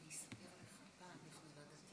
אדוני היושב-ראש, גברתי השרה